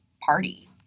party